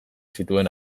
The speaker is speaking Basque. zituen